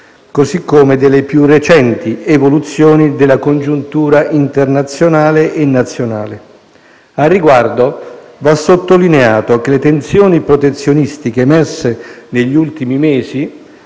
così come delle più recenti evoluzioni della congiuntura internazionale e nazionale. Al riguardo va sottolineato che le tensioni protezionistiche emerse negli ultimi mesi